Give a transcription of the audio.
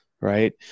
right